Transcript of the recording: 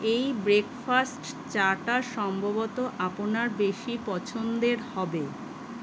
এই ব্রেকফাস্ট চাটা সম্ভবত আপনার বেশি পছন্দের হবে